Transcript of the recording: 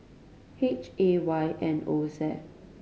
H A Y N O Z